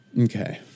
Okay